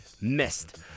Missed